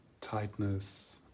tightness